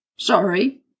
Sorry